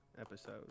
episode